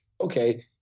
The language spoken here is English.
okay